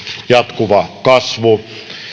jatkuva kasvu